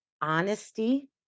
honesty